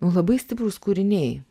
nu labai stiprūs kūriniai